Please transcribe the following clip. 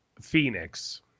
Phoenix